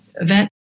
event